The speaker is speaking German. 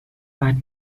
bad